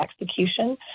execution